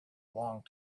long